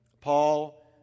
Paul